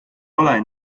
ole